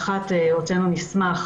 הוצאנו מסמך